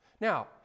Now